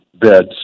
beds